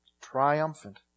triumphant